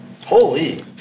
Holy